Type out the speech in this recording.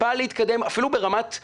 אפילו ברמת זה